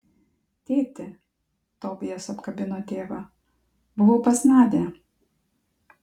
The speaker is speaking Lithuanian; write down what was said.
tėti tobijas apkabino tėvą buvau pas nadią